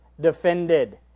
defended